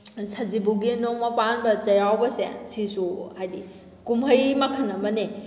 ꯁꯖꯤꯕꯨꯒꯤ ꯅꯣꯡꯃ ꯄꯥꯟꯕ ꯆꯩꯔꯥꯎꯕꯁꯦ ꯁꯤꯁꯨ ꯍꯥꯏꯗꯤ ꯀꯨꯝꯍꯩ ꯃꯈꯜ ꯑꯃꯅꯦ